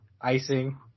icing